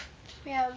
ya